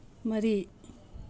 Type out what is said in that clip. ꯃꯔꯤ